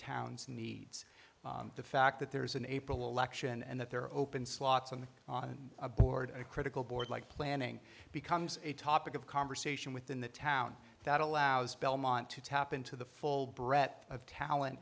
town's needs the fact that there's an april election and that there are open slots on the on a board a critical board like planning becomes a topic of conversation within the town that allows belmont to tap into the full brett of talent